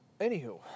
Anywho